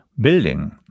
building